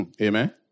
Amen